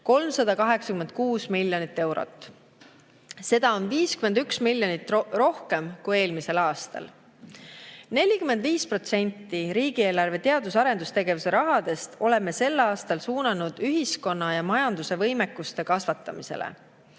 386 miljonit eurot. Seda on 51 miljonit rohkem kui eelmisel aastal. 45% riigieelarve teadus- ja arendustegevuse rahast oleme sel aastal suunanud ühiskonna ja majanduse võimekuse kasvatamisele.